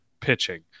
pitching